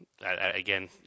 again